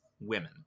women